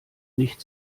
nicht